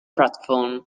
platform